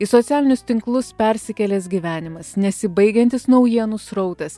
į socialinius tinklus persikėlęs gyvenimas nesibaigiantis naujienų srautas